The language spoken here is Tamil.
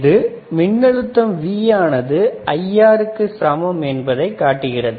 இது மின்னழுத்தம் V ஆனது IR க்கு சமம் என்பதை காட்டுகிறது